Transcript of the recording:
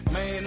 Man